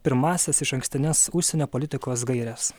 pirmąsias išankstines užsienio politikos gaires